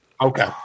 Okay